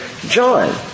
John